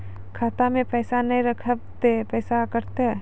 खाता मे पैसा ने रखब ते पैसों कटते?